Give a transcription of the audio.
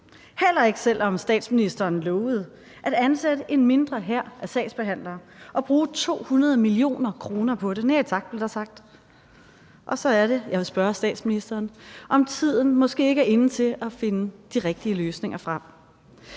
heller ikke selv om statsministeren lovede at ansætte en mindre hær af sagsbehandlere og bruge 200 mio. kr. på det. Nej tak, blev der sagt. Så er det, jeg vil spørge statsministeren, om tiden måske ikke er inde til at finde de rigtige løsninger frem.